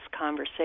conversation